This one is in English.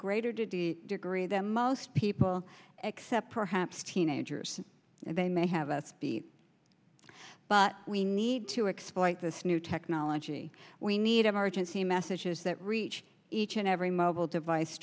the degree that most people except perhaps teenagers they may have us beat but we need to exploit this new technology we need emergency messages that reach each and every mobile device